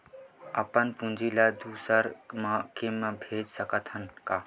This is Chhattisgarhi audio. अपन पूंजी ला दुसर के मा भेज सकत हन का?